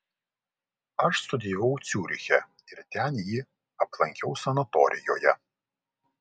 aš studijavau ciuriche ir ten jį aplankiau sanatorijoje